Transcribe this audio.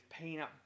peanut